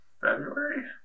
february